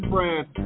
France